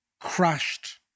crashed